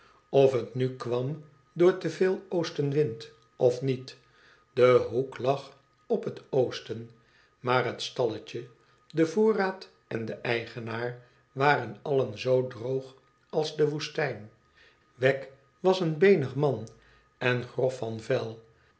of het nu kwam door te veel oostenwind of niet de hoek lag op het oosten maar het stalletje de voorraad en de eigenaar waren allen zoo droog als de woestijn wegg was een beenig man en grof van vel